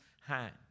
hand